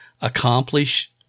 accomplish